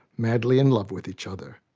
madly in love with each other.